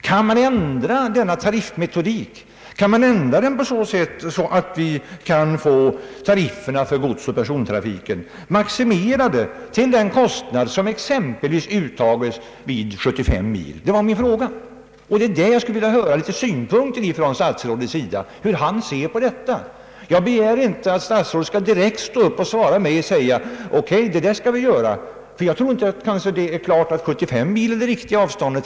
Kan man ändra tariffmetodiken på så sätt att tarifferna för godsoch persontrafiken blir maximerade till den kostnad som exempelvis uttas vid 75 mil? Det var min fråga. Jag skulle vilja veta hur statsrådet ser på detta. Jag begärde inte att statsrådet direkt skall stå upp och svara: OK så skall vi göra. Det är kanske inte klart att 75 mil är det riktiga avståndet.